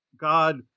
God